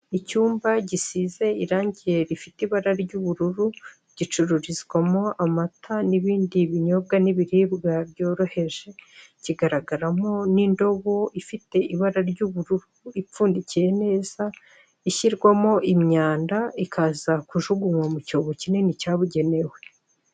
Icyumba gisize irange ry'ubururu gicururizwamo amata n'ibindi binyobwa n'ibiribwa byoroheje kigaragaramo n'indobo ifite ibara ry'ubururu ipfundikiye neza ishyirwamo imyanda ikaza kujugunywa mu cyobo kinini cyabugenewe.